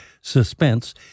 Suspense